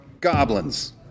Goblins